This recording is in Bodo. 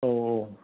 औ औ